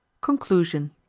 conclusion